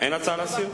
להסיר.